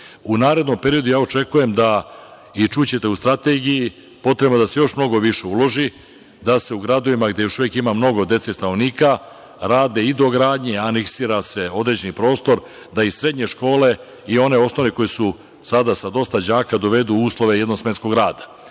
narednom periodu očekujem i čućete u strategiji potrebno je da se još više uloži, da se u gradovima gde još uvek ima mnogo dece i stanovnika rade i dogradnje, aneksira se određeni prostor da i srednje škole i one osnovne koje su sada sa dosta đaka dovedu u uslove jednosmenskog rada.